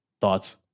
Thoughts